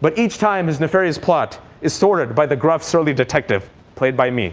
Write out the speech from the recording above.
but each time his nefarious plot is thwarted by the gruff, surly detective played by me